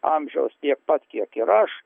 amžiaus tiek pat kiek ir aš